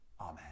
Amen